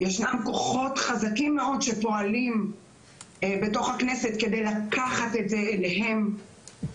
ישנם כוחות חזקים מאוד שפועלים בתוך הכנסת כדי לקחת את זה אליהם,